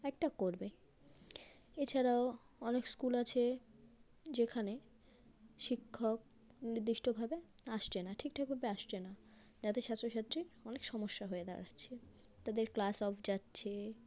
একটা করবে এছাড়াও অনেক স্কুল আছে যেখানে শিক্ষক নির্দিষ্টভাবে আসছে না ঠিকঠাকভাবে আসছে না যাতে ছাত্র ছাত্রীর অনেক সমস্যা হয়ে দাঁড়াচ্ছে তাদের ক্লাস অফ যাচ্ছে